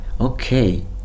Okay